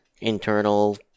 internal